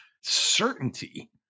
certainty